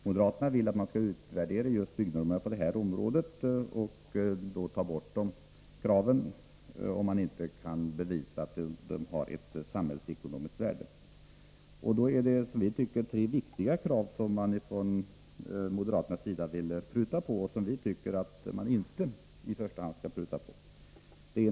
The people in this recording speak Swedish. Moderaterna vill att man skall utvärdera normerna på de nämnda områdena och ta bort kraven, om det inte kan bevisas att dessa har ett samhällsekonomiskt värde. Utskottsmajoriteten tycker att det är tre viktiga krav som moderaterna vill pruta på, och vi anser att det inte i första hand är dessa normer man skall angripa.